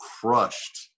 crushed